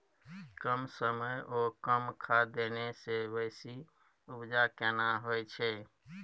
कम समय ओ कम खाद देने से बेसी उपजा केना होय छै?